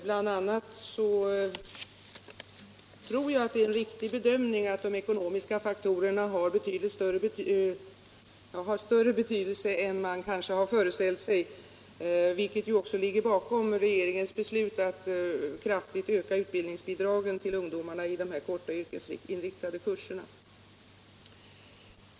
Bl.a. tror jag att det 183 är en riktig bedömning att de ekonomiska faktorerna har större betydelse än man kanske har föreställt sig. Detta ligger ju också bakom regeringens beslut att kraftigt öka utbildningsbidragen till ungdomarna i de korta yrkesinriktade kurserna.